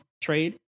trade